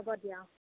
হ'ব দিয়া অঁ